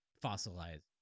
fossilized